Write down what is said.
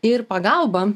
ir pagalbą